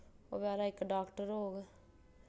बचैरा इक डाक्टर होग